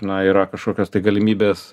na yra kažkokios tai galimybės